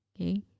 Okay